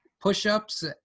push-ups